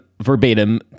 verbatim